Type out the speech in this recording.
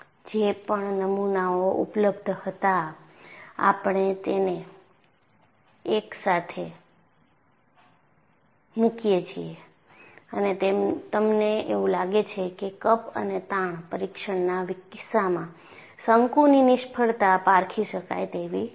જે પણ નમુનાઓ ઉપલબ્ધ હતા આપણે તેને એકસાથે મૂકીએ છીએ અને તમને એવું લાગે છે કે કપ અને તાણ પરીક્ષણના કિસ્સામાં શંકુની નિષ્ફળતા પારખી શકાય તેવી છે